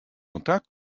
kontakt